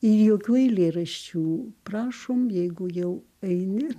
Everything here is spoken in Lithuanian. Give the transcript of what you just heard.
jokių eilėraščių prašom jeigu jau eini